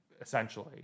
essentially